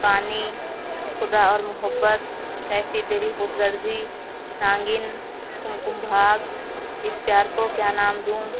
قانی خدا اور محبت کیسی تیری خود غرضی ناگن کم کم بھاگ اس پیار کو کیا نام دوں